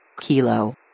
Kilo